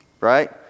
right